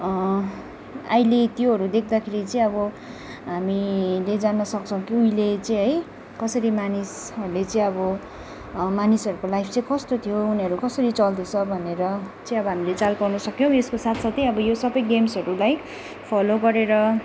अहिले त्योहरू देख्दाखेरि चाहिँअब हामीले जान्न सक्छौँ कि उहिलै चाहिँ है कसरी मानिसहरूले चाहिँ अब मानिसहरूको लाइफ चाहिँ कस्तो थियो उनीहरू कसरी चल्दछ भनेर चाहिँ अब हामीले चाल पाउन सक्यौँ यसको साथसाथै अब यो सबै गेम्सहरूलाई फलो गरेर